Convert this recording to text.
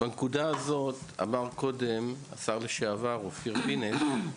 בנקודה הזאת אמר קודם השר לשעבר אופיר פינס,